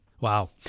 Wow